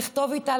לכתוב איתה,